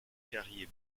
carrier